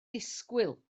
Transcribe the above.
disgwyl